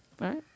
right